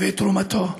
ואת תרומתו,